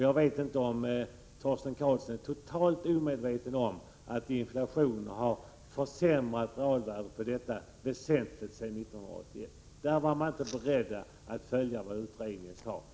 Jag vet inte om Torsten Karlsson är totalt omedveten om att inflationen sedan 1981 väsentligt har försämrat detta grundavdrag. Socialdemokraterna var här alltså inte beredda att följa utredningens förslag.